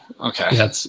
okay